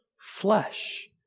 flesh